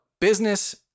business